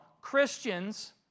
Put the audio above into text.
Christians